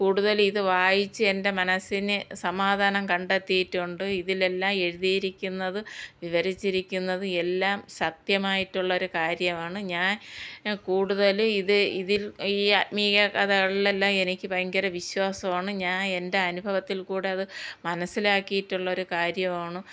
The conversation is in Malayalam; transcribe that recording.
കൂടുതൽ ഇത് വായിച്ച് എൻ്റെ മനസ്സിനെ സമാധാനം കണ്ടെത്തിയിട്ടുണ്ട് ഇതിലെല്ലാം എഴുതിയിരിക്കുന്നത് വിവരിച്ചിരിക്കുന്നത് എല്ലാം സത്യമായിട്ടുള്ളൊരു കാര്യമാണ് ഞാൻ കൂടുതലും ഇത് ഇതിൽ ഈ ആത്മീയ കഥകളിലെല്ലാം എനിക്ക് ഭയങ്കര വിശ്വാസമാണ് ഞാൻ എൻ്റെ അനുഭവത്തിൽ കൂടെ അത് മനസ്സിലാക്കിയിട്ടുള്ളൊരു കാര്യവാണ്